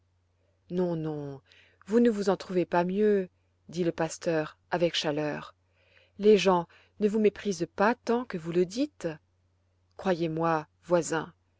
non non vous ne vous en trouvez pas mieux dit le pasteur avec chaleur les gens ne vous méprisent pas tant que vous le dites croyez-moi voisin